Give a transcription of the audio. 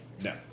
No